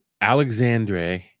alexandre